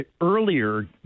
earlier